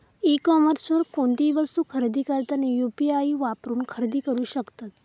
E कॉमर्सवर कोणतीही वस्तू खरेदी करताना यू.पी.आई वापरून खरेदी करू शकतत